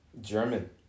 German